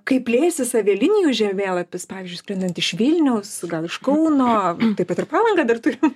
kaip plėsis avialinijų žemėlapis pavyzdžiui skrendant iš vilniaus gal iš kauno taip pat ir palangą dar turim